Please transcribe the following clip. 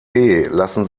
lassen